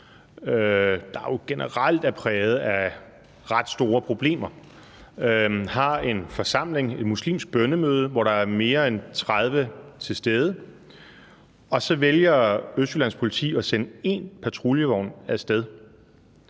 der jo generelt er præget af ret store problemer, har en forsamling – et muslimsk bønnemøde – hvor der er mere end 30 til stede, og så vælger Østjyllands Politi at sende én patruljevogn af sted.